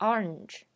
Orange